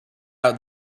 out